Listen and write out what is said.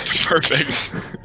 Perfect